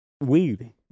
weed